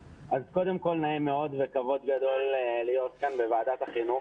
קודם כל נעים מאוד וזה כבוד גדול להיות כאן בוועדת החינוך.